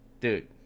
dude